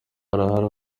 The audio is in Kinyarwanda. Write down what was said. arahari